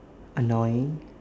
annoying